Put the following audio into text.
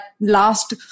last